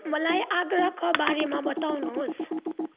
मलाई आगराका बारेमा बताउनुहोस्